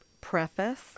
preface